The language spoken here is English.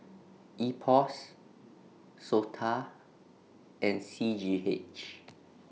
Ipos Sota and C G H